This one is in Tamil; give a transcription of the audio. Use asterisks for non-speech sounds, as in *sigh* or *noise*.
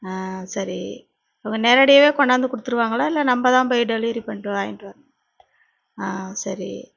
ஆ சரி *unintelligible* நேரடியாகவே கொண்டாந்து கொடுத்துடுவாங்களா இல்லை நம்ம தான் போய் டெலிவரி பண்ணிட்டு வாங்கிகிட்டு *unintelligible* ஆ சரி